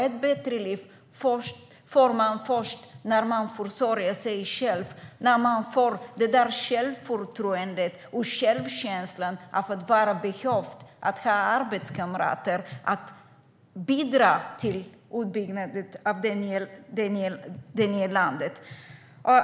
Ett bättre liv får man först när man försörjer sig själv, när man får självförtroendet och självkänslan av att vara behövd och att ha arbetskamrater, att bidra till uppbyggnaden av det nya landet.